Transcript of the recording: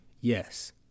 Yes